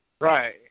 Right